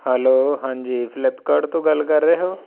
hello ਹਾਂਜੀ Flipkart ਤੋਂ ਗੱਲ ਕਰ ਰਹੇ ਹੋ